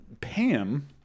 Pam